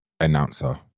announcer